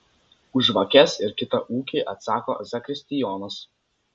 už žvakes ir kitą ūkį atsako zakristijonas